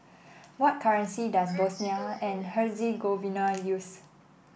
what currency does Bosnia and Herzegovina use